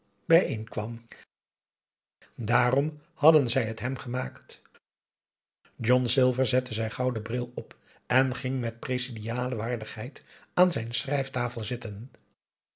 bijeenkwam dààrom hadden zij het hem gemaakt john silver zette zijn gouden bril op en ging met presidiale waardigheid aan zijn schrijftafel zitten